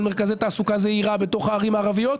כמו מרכזי תעסוקה זעירה בתוך הערים הערביות.